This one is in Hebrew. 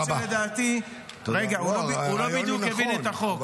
למרות שלדעתי, רגע, הוא לא בדיוק הבין את החוק.